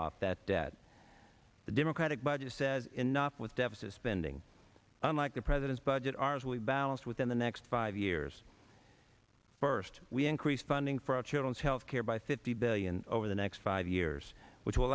off that debt the democratic budget says enough with deficit spending unlike the president's budget are as we balance within the next five years first we increase funding for our children's health care by fifty billion over the next five years which will